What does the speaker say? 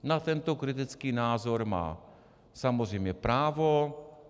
Na tento kritický názor má samozřejmě právo.